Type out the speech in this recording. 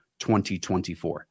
2024